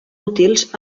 útils